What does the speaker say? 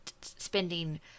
spending